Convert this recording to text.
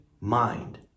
mind